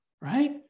right